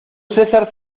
césar